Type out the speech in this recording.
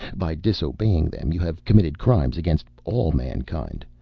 by disobeying them, you have committed crimes against all mankind.